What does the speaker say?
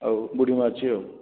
ଆଉ ବୁଢ଼ୀ ମା' ଅଛି ଆଉ